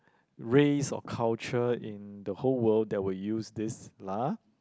race or culture in the whole world that will use this lah